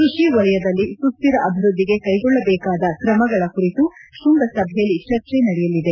ಕೃಷಿ ವಲಯದಲ್ಲಿ ಸುಕ್ವರ ಅಭಿವೃದ್ದಿಗೆ ಕೈಗೊಳ್ಳದೇಕಾದ ಕ್ರಮಗಳ ಕುರಿತು ಶೃಂಗಸಭೆಯಲ್ಲಿ ಚರ್ಚೆ ನಡೆಯಲಿದೆ